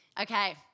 Okay